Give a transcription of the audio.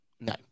no